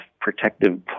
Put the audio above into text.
protective